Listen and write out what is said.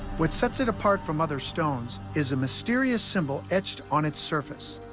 what sets it apart from other stones is a mysterious symbol etched on its surface,